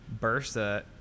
bursa